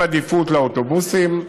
עם עדיפות לאוטובוסים.